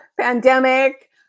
Pandemic